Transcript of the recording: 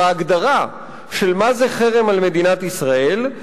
בהגדרה של מה שנחשב כחרם על מדינת ישראל.